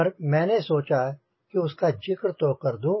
पर मैंने सोचा कि उसका जिक्र तो कर दूँ